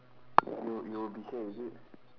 you you will be here is it